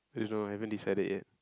I really don't know haven't decided yet